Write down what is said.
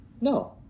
No